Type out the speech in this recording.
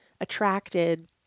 attracted